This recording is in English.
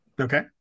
Okay